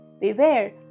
Beware